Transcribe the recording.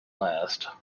last